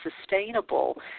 sustainable